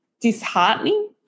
disheartening